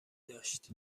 داشت